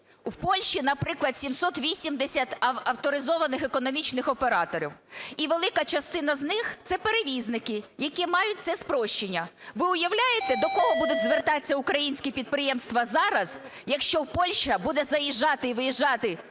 в Польщі, наприклад, 780 авторизованих економічних операторів і велика частина з них – це перевізники, які мають це спрощення. Ви уявляєте, до кого будуть звертатися українські підприємства зараз, якщо Польща буде заїжджати і виїжджати